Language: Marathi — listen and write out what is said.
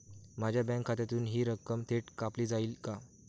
माझ्या बँक खात्यातून हि रक्कम थेट कापली जाईल का?